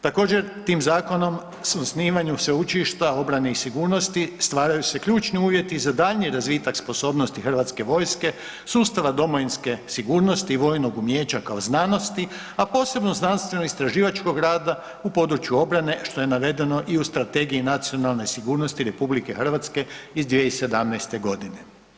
Također tim zakonom osnivanju Sveučilišta obrane i sigurnosti stvaraju se ključni uvjeti za daljnji razvitak sposobnosti hrvatske vojske, sustava domovinske sigurnosti i vojnog umijeća kao znanosti, a posebno znanstveno-istraživačkog rada u području obrane što je navedeno i u Strategiji nacionalne sigurnosti RH iz 2017. godine.